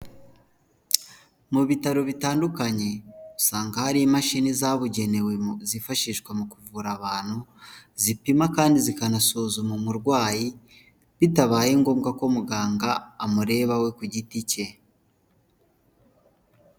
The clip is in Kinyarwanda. Mu bitaro bitandukanye, usanga hari imashini zabugenewe zifashishwa mu kuvura abantu, zipima kandi zikanasuzuma umurwayi bitabaye ngombwa ko muganga amureba we ku giti cye.